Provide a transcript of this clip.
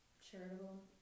charitable